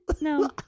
No